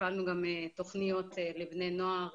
הפעלנו גם תוכניות לבני נוער,